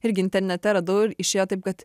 irgi internete radau ir išėjo taip kad